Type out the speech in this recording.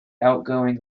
outgoing